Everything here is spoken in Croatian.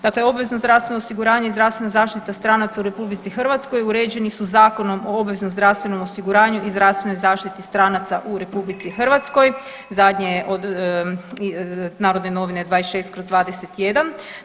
Dakle, obvezno zdravstveno osiguranje i zdravstvena zaštita stranca u RH uređeni su Zakonom o obveznom zdravstvenom osiguranju i zdravstvenoj zaštiti stranaca u RH, zadnje je Narodne Novine 26/21.